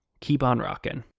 keep on rockin'.